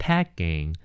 Packing